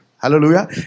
Hallelujah